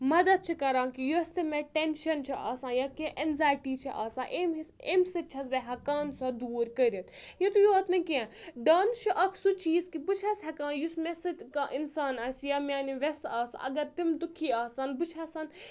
مَدَد چھِ کَران کہِ یۄس تہِ مےٚ ٹؠنشَن چھِ آسان یا کینٛہہ ایٚنزایٹی چھِ آسان امہِ حِہ امہِ سۭتۍ چھَس بہٕ ہؠکان سۄ دوٗر کٔرِتھ یُتُے یوت نہٕ کینٛہہ ڈانٕس چھُ اکھ سُہ چیٖز کہِ بہٕ چھَس ہؠکان یُس مےٚ سۭتۍ کانٛہہ اِنسان آسہِ یا میانہِ وؠسہٕ آسہٕ اَگر تِم دُکھی آسَن بہٕ چھَسن